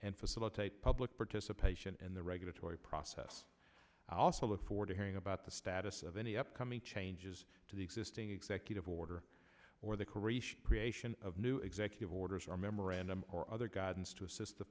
and facilitate public participation in the regulatory process also look forward to hearing about the status of any upcoming changes to the existing executive order or the career creation of new executive orders or memorandum or other guidance to assist the